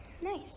Nice